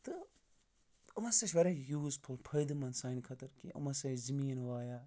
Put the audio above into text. تہٕ یِم ہَسا چھِ واریاہ یوٗزفُل فٲیِدٕ مَنٛد سانہِ خٲطرٕ کہِ یِم ہَسا ٲسۍ زٔمیٖن وایان